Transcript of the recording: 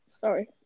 sorry